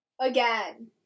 Again